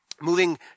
Moving